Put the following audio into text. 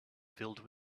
filled